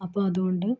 അപ്പോൾ അതുകൊണ്ട്